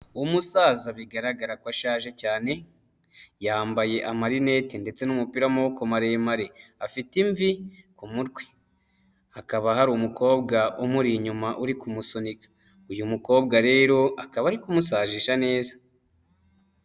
Umusaza bigaragara ko ashaje cyane yambaye amarinete ndetse n'umupira w'amaboko maremare, afite imvi umutwe, hakaba hari umukobwa umuri inyuma uri kumusunika, uyu mukobwa rero akaba ari kumusajisha neza.